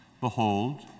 behold